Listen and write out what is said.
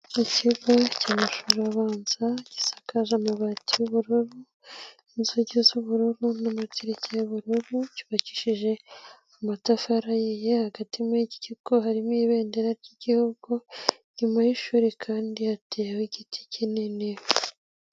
Ikigo cy'amashuri abanza gisakaje amabati y'ubururu n'inzugi z'ubururu n'amati y'uburundu, cyubakishije amatafari hagati muri iki kigo harimo ibendera ry'igihugu, nyuma y'ishuri kandi hateweho igiti kinini.